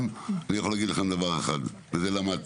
אני יכול להגיד לכם דבר אחד, ואת זה למדתם: